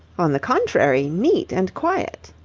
on the contrary, neat and quiet.